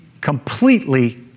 completely